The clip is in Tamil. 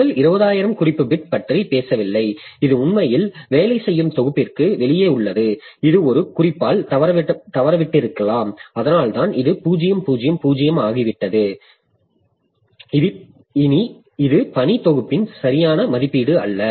முதல் 20000 குறிப்பு பிட் பற்றி பேசவில்லை இது உண்மையில் வேலை செய்யும் தொகுப்பிற்கு வெளியே உள்ளது இது ஒரு குறிப்பால் தவறவிட்டிருக்கலாம் அதனால்தான் இது 0 0 0 ஆகிவிட்டது இது பணி தொகுப்பின் சரியான மதிப்பீடு அல்ல